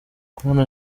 kubona